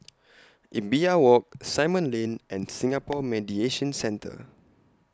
Imbiah Walk Simon Lane and Singapore Mediation Centre